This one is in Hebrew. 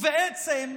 ובעצם,